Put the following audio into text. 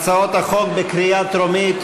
שאנחנו עם כמה הצעות המתייחסות לאותו נושא,